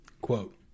Quote